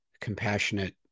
compassionate